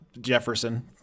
Jefferson